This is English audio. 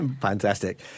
Fantastic